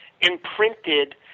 imprinted